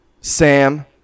Sam